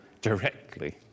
directly